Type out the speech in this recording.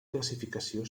classificació